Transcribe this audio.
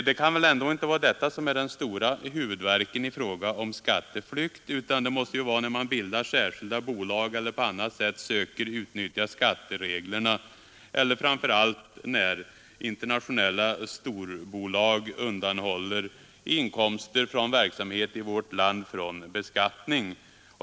Det kan väl ändå inte vara detta som är den stora huvudvärken när det gäller skatteflykten, utan det måste vara att man bildar särskilda bolag eller på annat sätt försöker utnyttja skattereglerna och framför allt att internationella storbolag undanhåller inkomster av verksamhet i vårt land från beskattning.